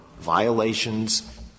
violations